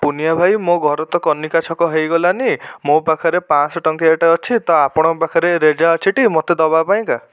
ପୁନିଆ ଭାଇ ମୋ ଘର ତ କନିକା ଛକ ହୋଇଗଲାଣି ମୋ ପାଖରେ ଶହ ଟଙ୍କିଆଟିଏ ଅଛି ତ ଆପଣଙ୍କ ପାଖରେ ରେଜା ଅଛିଟି ମୋତେ ଦେବା ପାଇଁକା